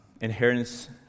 inheritance